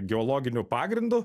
geologiniu pagrindu